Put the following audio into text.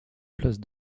places